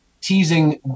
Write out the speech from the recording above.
teasing